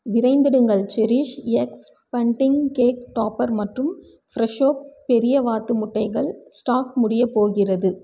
விரைந்திடுங்கள் CherishX bunting cake topper மற்றும் Fresho பெரிய வாத்து முட்டைகள் ஸ்டாக் முடியப் போகிறது